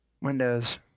Windows